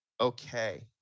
okay